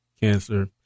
cancer